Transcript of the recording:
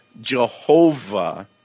Jehovah